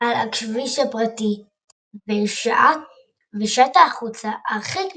על הכביש הפרטי ושעטה החוצה, הרחק משם.